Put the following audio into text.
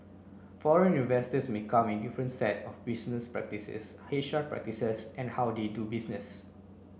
foreign investors may come a different set of business practices H R practices and how they do business